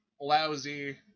Lousy